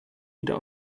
wieder